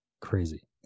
Crazy